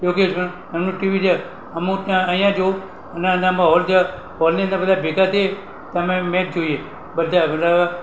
યોગેશભાઈ એમનું ટીવી છે અમુક ને અહીંયા જોઉં અને અંદર અમારે હૉલ છે હૉલની અંદર બધાં ભેગા થઈએ તો અમે મેચ જોઈએ બધા